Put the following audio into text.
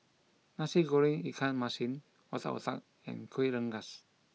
Nasi Goreng Ikan Masin Otak Otak and Kueh Rengas